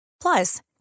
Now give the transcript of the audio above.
Plus